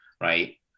right